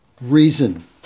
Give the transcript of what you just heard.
reason